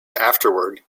afterward